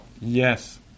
Yes